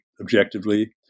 objectively